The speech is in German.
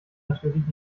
natürlich